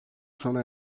sona